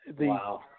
Wow